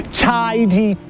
tidy